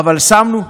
שמנו,